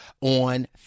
on